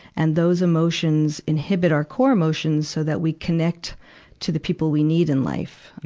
and those emotions inhibit our core emotions so that we connect to the people we need in life.